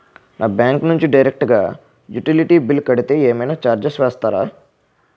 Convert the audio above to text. నా బ్యాంక్ నుంచి డైరెక్ట్ గా యుటిలిటీ బిల్ కడితే ఏమైనా చార్జెస్ వేస్తారా?